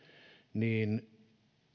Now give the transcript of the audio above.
niin